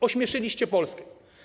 Ośmieszyliście Polskę.